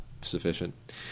sufficient